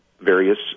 various